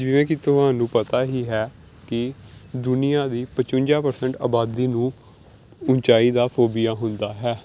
ਜਿਵੇਂ ਕਿ ਤੁਹਾਨੂੰ ਪਤਾ ਹੀ ਹੈ ਕਿ ਦੁਨੀਆ ਦੀ ਪਜਵੰਜਾ ਪਰਸੈਂਟ ਆਬਾਦੀ ਨੂੰ ਉੱਚਾਈ ਦਾ ਫੋਬੀਆ ਹੁੰਦਾ ਹੈ